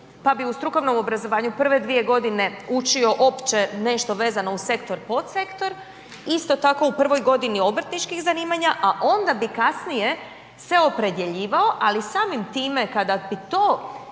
pa bi u strukovnom obrazovanju u prve dvije godine učio opće nešto vezano uz sektor, pod sektor, isto tako u prvoj godini obrtničkih zanimanja, a onda bi kasnije se opredjeljivao, ali samim time kada bi to